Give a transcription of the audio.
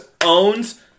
owns